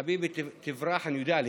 חביבי, תברח, אני יודע לאן?